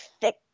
thick